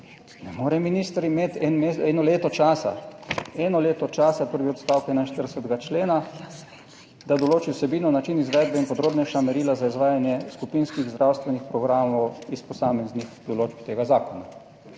ne more minister imeti eno leto časa, eno leto časa, prvi odstavek 41. člena, da določi vsebino, način izvedbe in podrobnejša merila za izvajanje skupinskih zdravstvenih programov iz posameznih določb tega zakona.